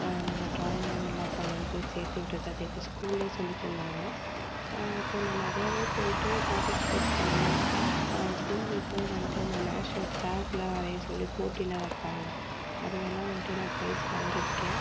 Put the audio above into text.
நம்ம ட்ராயிங்லாம் நல்லா பண்ணுன்னு போய் சேர்த்து விடுறது அதே இது ஸ்கூல்லேயும் சொல்லித் தந்தாங்க அப்போது நான் நிறையவே போய்விட்டு பார்ட்டிசிப்பேட் பண்ணி சின்ன வயசில் வந்துட்டு இந்த நேஷ்னல் ஃப்ளாக்லாம் வரைய சொல்லி போட்டிலாம் வைப்பாங்க அதிலலாம் வந்துட்டு நான் ப்ரைஸ் வாங்கியிருக்கேன்